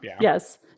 Yes